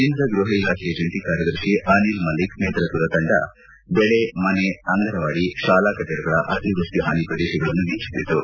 ಕೇಂದ್ರ ಗೃಹ ಇಲಾಖೆಯ ಜಂಟಿ ಕಾರ್ಯದರ್ಶಿ ಅನಿಲ್ ಮಲ್ಲಿಕ್ ನೇತೃತ್ವದ ತಂಡ ಬೆಳೆ ಮನೆ ಅಂಗನವಾಡಿ ಶಾಲಾ ಕಟ್ಟಡಗಳ ಅತಿವೃಷ್ಟಿ ಹಾನಿ ಪ್ರದೇಶಗಳನ್ನು ವೀಕ್ಷಿಸಿತು